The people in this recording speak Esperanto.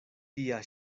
tia